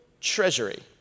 treasury